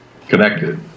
connected